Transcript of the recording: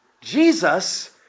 Jesus